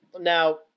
Now